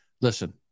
Listen